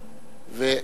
בבקשה.